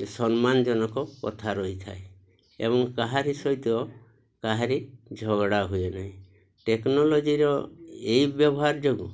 ଯେ ସମ୍ମାନଜନକ କଥା ରହିଥାଏ ଏବଂ କାହାରି ସହିତ କାହାରି ଝଗଡ଼ା ହୁଏ ନାହିଁ ଟେକ୍ନୋଲୋଜିର ଏଇ ବ୍ୟବହାର ଯୋଗୁଁ